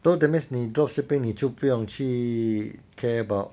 so that means 你 drop shipping 你不用去 care about